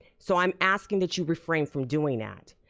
so i'm asking that you refrain from doing that.